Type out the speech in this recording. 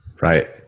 Right